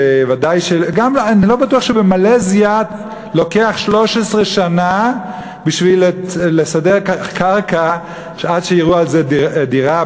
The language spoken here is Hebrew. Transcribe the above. אני לא בטוח שבמלזיה לוקח 13 שנה לסדר קרקע בשביל שיראו עליה דירה,